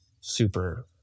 super